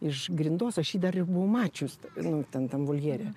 iš grindos aš jį dar ir buvau mačius nu ten tam voljere